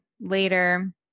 later